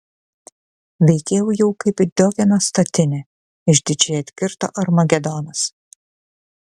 veikiau jau kaip diogeno statinė išdidžiai atkirto armagedonas